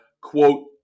quote